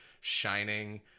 shining